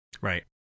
Right